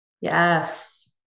Yes